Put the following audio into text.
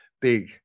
big